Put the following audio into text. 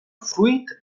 fruit